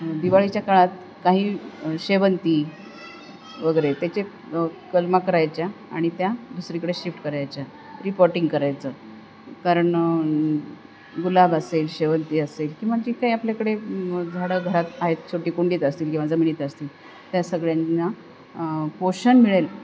दिवाळीच्या काळात काही शेवंती वगैरे त्याचे कलमं करायच्या आणि त्या दुसरीकडे शिफ्ट करायच्या रिपॉटिंग करायचं कारण गुलाब असेल शेवंती असेल किंवा जे काही आपल्याकडे झाडं घरात आहेत छोटी कुंडीत असतील किंवा जमिनीत असतील त्या सगळ्यांना पोषण मिळेल